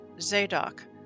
Zadok